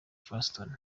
fiston